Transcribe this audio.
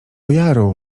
jaru